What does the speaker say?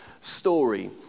story